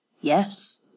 Yes